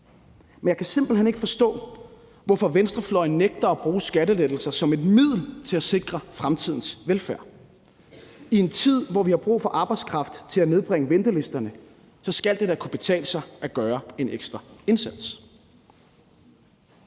men jeg kan simpelt hen ikke forstå, hvorfor venstrefløjen nægter at bruge skattelettelser som et middel til at sikre fremtidens velfærd. I en tid, hvor vi har brug for arbejdskraft til at nedbringe ventelisterne, skal det da kunne betale sig at gøre en ekstra indsats.